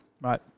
Right